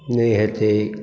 नहि हेतै